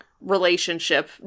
relationship